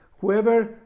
whoever